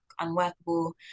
unworkable